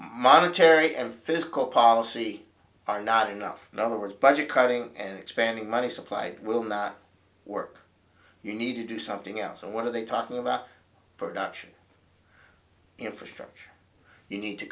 monetary and fiscal policy are not enough in other words budget cutting and expanding money supply will not work you need to do something else so what are they talking about production infrastructure you need to